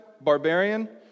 barbarian